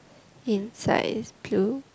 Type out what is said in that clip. inside is blue